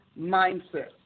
mindset